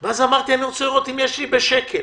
רציתי לראות אם יש לי בשקל